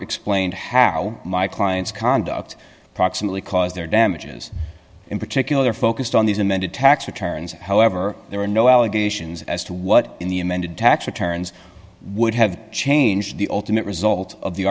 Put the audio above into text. explained how my client's conduct proximately cause their damages in particular focused on these amended tax returns however there were no allegations as to what in the amended tax returns would have changed the ultimate result of the